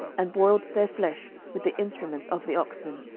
and boiled their flesh with the instruments of the oxen,